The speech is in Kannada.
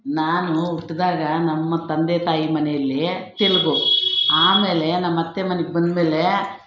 ನಾನು ಹುಟ್ಟಿದಾಗ ನಮ್ಮ ತಂದೆ ತಾಯಿ ಮನೇಲಿ ತೆಲುಗು ಆಮೇಲೆ ನಮ್ಮ ಅತ್ತೆ ಮನೆಗೆ ಬಂದಮೇಲೆ